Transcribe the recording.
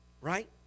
Right